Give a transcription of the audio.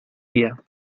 día